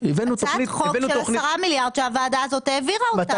הצעת חוק של עשרה מיליארד שהוועדה הזאת העבירה אותה.